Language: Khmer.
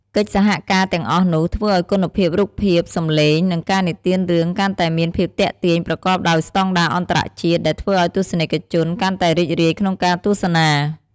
កិច្ចសហការទាំងអស់នោះធ្វើឲ្យគុណភាពរូបភាព សំឡេង និងការនិទានរឿង កាន់តែមានភាពទាក់ទាញ ប្រកបដោយស្តង់ដារអន្តរជាតិ ដែលធ្វើឱ្យទស្សនិកជនកាន់តែរីករាយក្នុងការទស្សនា។